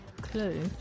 clue